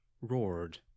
roared